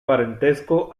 parentesco